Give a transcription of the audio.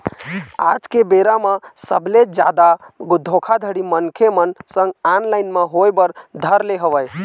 आज के बेरा म सबले जादा धोखाघड़ी मनखे मन संग ऑनलाइन म होय बर धर ले हवय